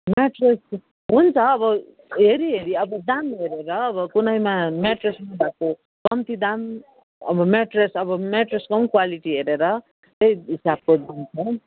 mattress हुन्छ अब हेरिहेरि अब दाम हेरेर अब कुनैमा मेट्रेस भएको कम्ती दाम अब मेट्रेस अब मेट्र्स को पनि क्वालिटी हेरेर त्यही हिसाबको दाम छ